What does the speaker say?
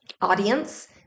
audience